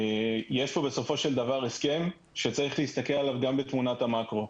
יש פה בסופו של דבר הסכם שצריך להסתכל עליו גם בתמונת המקרו.